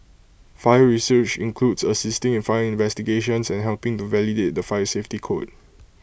fire research includes assisting in fire investigations and helping to validate the fire safety code